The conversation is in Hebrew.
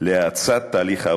חברתי.